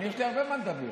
יש לי הרבה על מה לדבר.